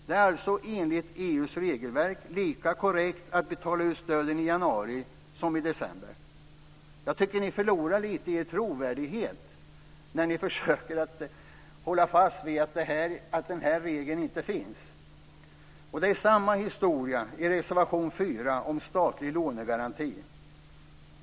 Det är alltså enligt EU:s regelverk lika korrekt att betala ut stöden i januari som i december. Jag tycker att ni förlorar lite i trovärdighet när ni försöker att hålla fast vid att den här regeln inte finns. Det är samma historia i reservation 4 om statlig lånegaranti.